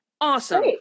awesome